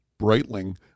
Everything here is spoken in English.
Breitling